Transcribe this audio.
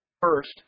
First